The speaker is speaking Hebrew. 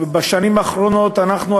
ובשנים האחרונות אנחנו,